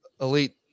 elite